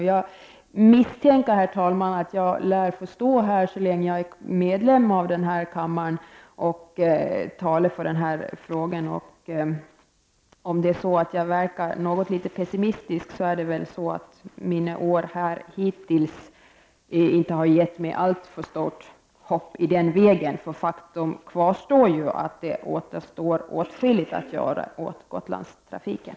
Jag misstänker, herr talman, att jag lär få stå här så länge jag är medlem av denna kammare och tala för denna fråga. Om jag verkar något litet pessimistisk beror det på att mina år här hittills inte har gett mig alltför stora förhoppningar i den vägen. Faktum kvarstår ju att det återstår åtskilligt att göra åt Gotlandstrafiken.